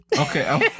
Okay